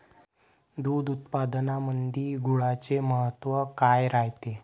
दूध उत्पादनामंदी गुळाचे महत्व काय रायते?